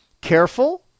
careful